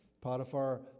Potiphar